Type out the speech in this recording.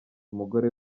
umugore